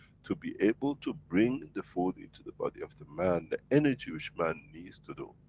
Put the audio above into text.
to be able to bring the food into the body of the man, the energy which man needs to do.